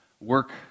work